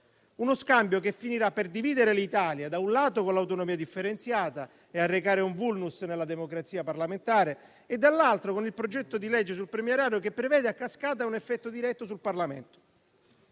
maggioranza, che finirà per dividere l'Italia - da un lato - con l'autonomia differenziata, arrecando un *vulnus* alla democrazia parlamentare e - dall'altro - con il progetto di legge sul premierato che prevede, a cascata, un effetto diretto sul Parlamento.